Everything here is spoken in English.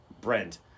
Brent